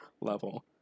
level